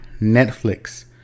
Netflix